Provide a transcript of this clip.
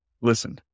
listen